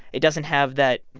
it doesn't have that,